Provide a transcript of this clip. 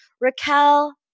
Raquel